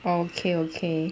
orh okay okay